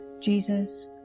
Jesus